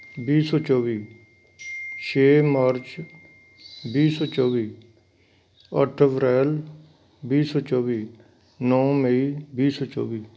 ਵੀਹ ਸੌ ਚੌਵੀ ਛੇ ਮਾਰਚ ਵੀਹ ਸੌ ਚੌਵੀ ਅੱਠ ਅਪ੍ਰੈਲ ਵੀਹ ਸੌ ਚੌਵੀ ਨੌ ਮਈ ਵੀਹ ਸੌ ਚੌਵੀ